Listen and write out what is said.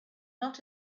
not